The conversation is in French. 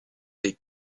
des